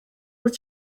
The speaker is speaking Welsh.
wyt